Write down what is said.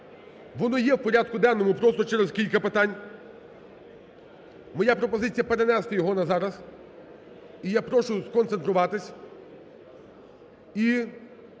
воно є в порядку денному, просто через кілька питань, моя пропозиція перенести його на зараз і я прошу сконцентруватись.